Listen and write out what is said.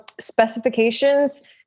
specifications